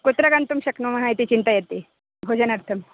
कुत्र गन्तुं शक्नुमः इति चिन्तयति भोजनार्थं